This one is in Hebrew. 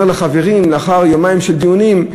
אומר לחברים לאחר יומיים של דיונים: